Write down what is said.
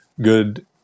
good